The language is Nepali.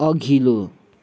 अघिल्लो